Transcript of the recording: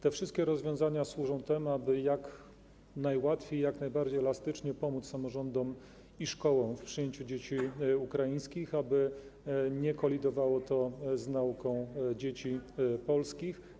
Te wszystkie rozwiązania służą temu, aby jak najłatwiej, jak najbardziej elastycznie pomóc samorządom i szkołom w przyjęciu dzieci ukraińskich, aby nie kolidowało to z nauką dzieci polskich.